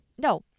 no